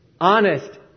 honest